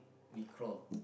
we crawl